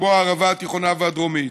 כמו הערבה התיכונה והדרומית.